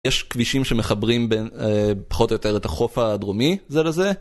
יש כבישים שמחברים פחות או יותר את החוף הדרומי זה לזה